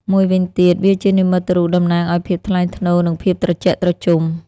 មួយវិញទៀត វាជានិមិត្តរូបតំណាងឱ្យភាពថ្លៃថ្នូរ និងភាពត្រជាក់ត្រជុំ។